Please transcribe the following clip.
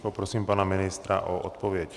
Poprosím pana ministra o odpověď.